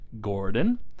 Gordon